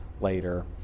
later